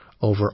over